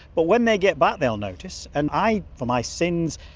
but when they get back they'll notice. and i, for my sins,